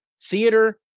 theater